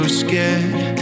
scared